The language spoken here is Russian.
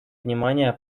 внимание